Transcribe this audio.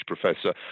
professor